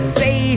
say